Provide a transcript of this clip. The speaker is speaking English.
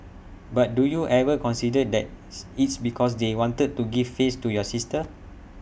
but do you ever consider that's it's because they wanted to give face to your sister